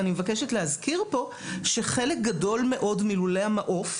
אני מבקשת להזכיר כאן שחלק גדול מאוד מלולי המעוף,